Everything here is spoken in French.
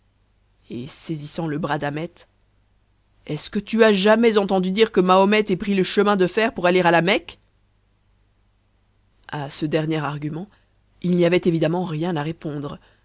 et saisissant le bras d'ahmet est-ce que tu as jamais entendu dire que mahomet ait pris le chemin de fer pour aller à la mecque a ce dernier argument il n'y avait évidemment rien à répondre